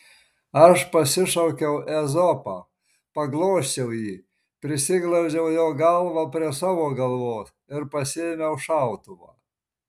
aš pasišaukiau ezopą paglosčiau jį prisiglaudžiau jo galvą prie savo galvos ir pasiėmiau šautuvą